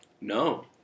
No